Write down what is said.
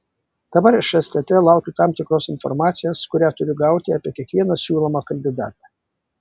dabar iš stt laukiu tam tikros informacijos kurią turiu gauti apie kiekvieną siūlomą kandidatą